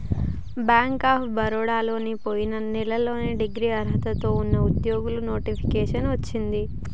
bank of బరోడలో పొయిన నెలలో డిగ్రీ అర్హతతో చానా ఉద్యోగాలకు నోటిఫికేషన్ వచ్చింది